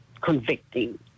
convicting